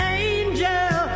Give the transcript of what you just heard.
angel